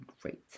great